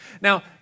Now